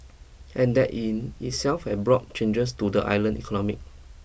and that in itself has brought changes to the island economy